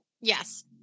Yes